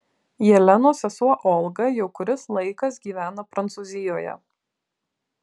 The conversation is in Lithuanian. jelenos sesuo olga jau kuris laikas gyvena prancūzijoje